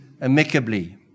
amicably